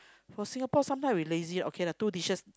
for Singapore sometimes we lazy okay lah two dishes